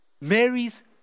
Mary's